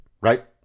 right